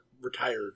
retired